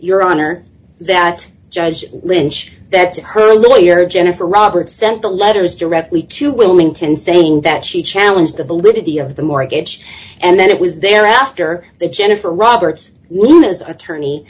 your honor that judge lynch that her lawyer jennifer roberts sent the letters directly to wilmington saying that she challenged that the liberty of the mortgage and then it was there after the jennifer roberts luna's attorney